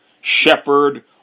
Shepherd